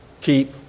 Keep